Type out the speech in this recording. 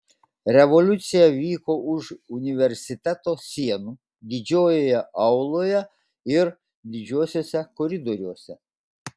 revoliucija vyko už universiteto sienų didžiojoje auloje ir didžiuosiuose koridoriuose